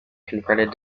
converted